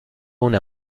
una